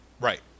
right